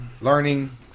learning